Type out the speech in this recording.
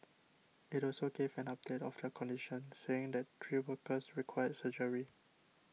it also gave an update of their condition saying that three workers required surgery